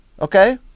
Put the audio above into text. Okay